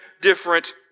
different